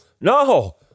No